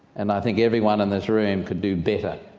and i think everyone in this room could do better,